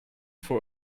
für